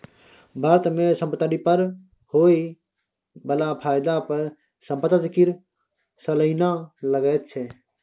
भारत मे संपत्ति पर होए बला फायदा पर संपत्ति कर सलियाना लगैत छै